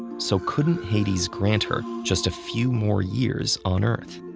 so couldn't hades grant her just a few more years on earth?